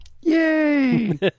Yay